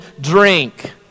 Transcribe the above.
drink